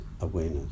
awareness